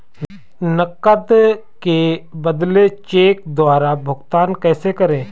नकद के बदले चेक द्वारा भुगतान कैसे करें?